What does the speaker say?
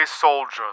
soldiers